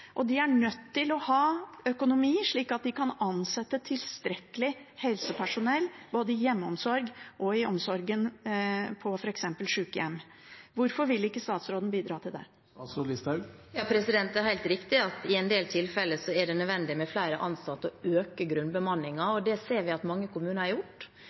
og de er nødt til å ha økonomi slik at de kan ansette tilstrekkelig helsepersonell både i hjemmeomsorgen og i omsorgen på f.eks. sykehjem. Hvorfor vil ikke statsråden bidra til det? Det er helt riktig at det i en del tilfeller er nødvendig med flere ansatte og å øke grunnbemanningen. Det ser vi at mange kommuner har gjort,